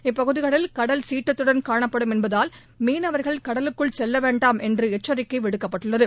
இப்பகுதிகளில் கடல் சீற்றத்துடன் காணப்படும் என்பதால் மீனவர்கள் கடலுக்குள் செல்ல வேண்டாம் என்று எச்சரிக்கை விடுக்கப்பட்டுள்ளது